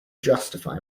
justify